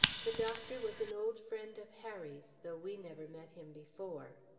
the doctor was an old friend of harry's, though we never met him before.